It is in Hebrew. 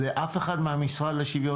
ואנחנו גם רואים שבאמצעות מייצג,